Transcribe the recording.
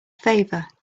favor